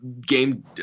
game